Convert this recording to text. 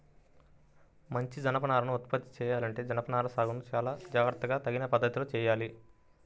మంచి జనపనారను ఉత్పత్తి చెయ్యాలంటే జనపనార సాగును చానా జాగర్తగా తగిన పద్ధతిలోనే చెయ్యాలి